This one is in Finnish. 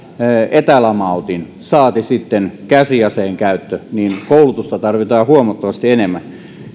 etälamautin saati sitten käsiaseen käyttö niin koulutusta tarvitaan huomattavasti enemmän